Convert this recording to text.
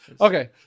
Okay